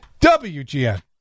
WGN